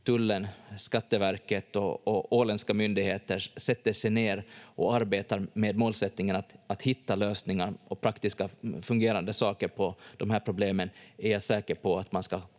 Tullen, Skatteverket och åländska myndigheter tillsammans sätter sig ner och arbetar med målsättningen att hitta lösningar och praktiska fungerande saker på de här problemen, är jag säker på att man ska